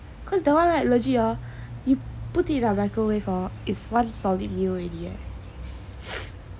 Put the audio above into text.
cause that one hor legit you put it in a microwave hor is one solid meal already leh